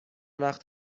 وقت